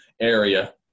area